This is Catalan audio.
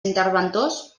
interventors